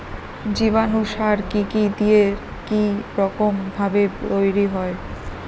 জীবাণু সার কি কি দিয়ে কি রকম ভাবে তৈরি হয়?